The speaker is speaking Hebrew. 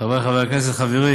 חברי חברי הכנסת, חברי